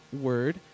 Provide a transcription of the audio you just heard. word